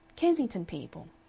kensington people.